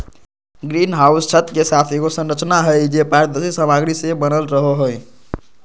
green house छत के साथ एगो संरचना हइ, जे पारदर्शी सामग्री से बनल रहो हइ